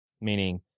meaning